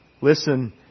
Listen